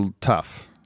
tough